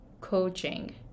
coaching